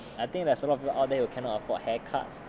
I think there is a lot of people out there who cannot afford hair cuts